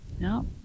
no